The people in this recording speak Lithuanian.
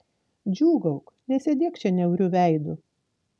džiūgauk nesėdėk čia niauriu veidu